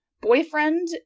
Boyfriend